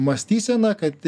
mąstyseną kad